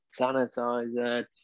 sanitizer